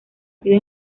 sido